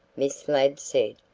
miss ladd said,